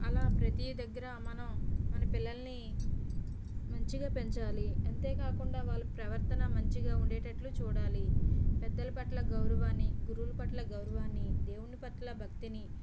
అలా ప్రతీ దగ్గర మనం మన పిల్లల్ని మంచిగా పెంచాలి అంతేకాకుండా వాళ్ళ ప్రవర్తన మంచిగా ఉండేటట్లు చూడాలి పెద్దల పట్ల గౌరవాన్ని గురువుల పట్ల గౌరవాన్ని దేవుని పట్ల భక్తిని